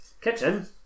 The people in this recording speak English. Kitchen